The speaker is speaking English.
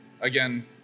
again